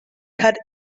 had